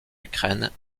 ukraine